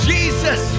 Jesus